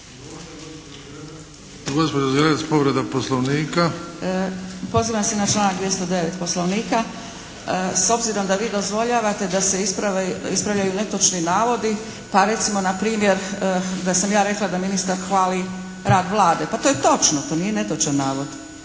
Poslovnika. **Zgrebec, Dragica (SDP)** Pozivam se na članak 209. Poslovnika. S obzirom da vi dozvoljavate da se ispravljaju netočni navodi, pa recimo npr. da sam ja rekla da ministar hvali rad Vlade. Pa to je točno, to nije netočan navod.